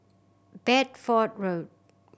Bedford Road